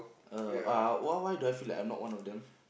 uh uh why why do I feel like I'm not one of them